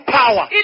power